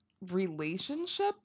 relationship